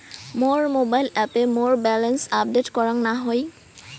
মোর mobile অ্যাপে মোর balance update করাং না হই